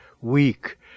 weak